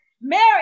Mary